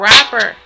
Rapper